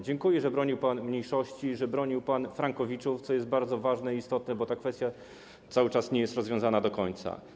Dziękuję, że bronił pan mniejszości i że bronił pan frankowiczów, co jest bardzo ważne i istotne, bo ta kwestia cały czas nie jest rozwiązana do końca.